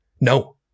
No